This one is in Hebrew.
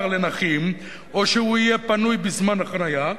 לנכים או שהוא לא היה פנוי בזמן החנייה,